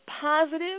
positive